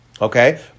Okay